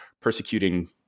persecuting